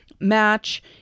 Match